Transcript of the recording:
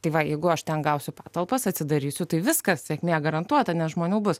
tai va jeigu aš ten gausiu patalpas atsidarysiu tai viskas sėkmė garantuota nes žmonių bus